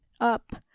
up